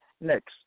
Next